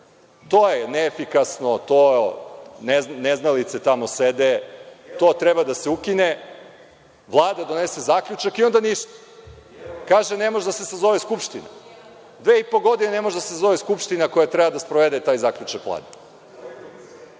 to je neefikasno, neznalice tamo sede, to treba da se ukine? Vlada donese zaključak i onda ništa. Kaže - ne može da se sazove skupština. Dve i po godine ne može da se sazove skupština koja treba da sprovede taj zaključak Vlade?